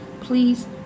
Please